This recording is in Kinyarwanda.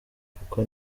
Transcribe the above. kuko